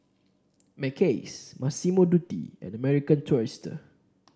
Mackays Massimo Dutti and American Tourister